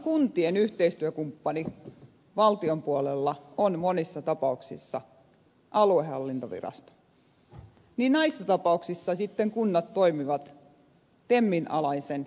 kun kuntien yhteistyökumppani valtion puolella on monessa tapauksessa aluehallintovirasto niin näissä tapauksissa sitten kunnat toimivat temin alaisen elyn kanssa